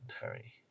Harry